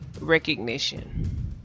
recognition